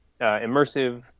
immersive